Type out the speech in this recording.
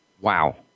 Wow